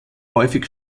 häufig